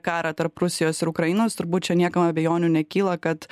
karą tarp rusijos ir ukrainos turbūt čia niekam abejonių nekyla kad